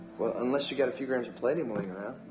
well, unless you've got a few grams of palladium lying around.